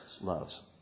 loves